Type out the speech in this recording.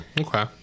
Okay